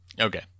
Okay